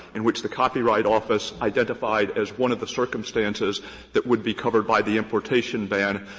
in which the copyright office identified as one of the circumstances that would be covered by the importation ban,